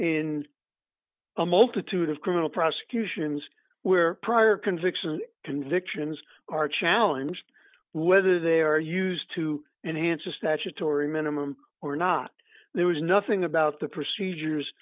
in a multitude of criminal prosecutions where prior convictions convictions are challenged whether they are used to enhance a statutory minimum or not there was nothing about the procedures